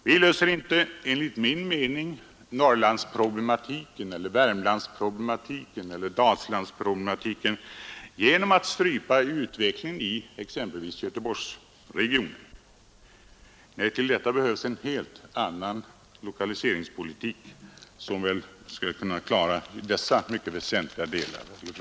Vi löser enligt min mening inte Norrlandsproblematiken eller Värmlandsproblematiken eller Dalslandsproblematiken genom att strypa utvecklingen i exempelvis Göteborgsregionen. Nej, det behövs en helt annan lokaliseringspolitik för att klara dessa mycket väsentliga frågor.